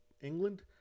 England